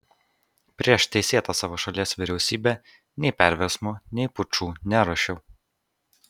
prieš teisėtą savo šalies vyriausybę nei perversmų nei pučų neruošiau